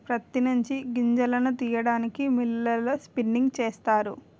ప్రత్తి నుంచి గింజలను తీయడానికి మిల్లులలో స్పిన్నింగ్ చేస్తారు